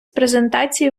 презентації